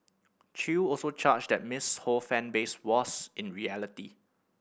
Chew also charged that Miss Ho fan base was in reality